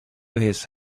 his